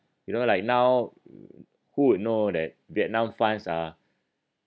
you know like now who would know that vietnam funds are